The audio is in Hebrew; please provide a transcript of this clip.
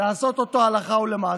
לעשות אותו הלכה למעשה.